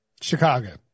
Chicago